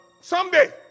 someday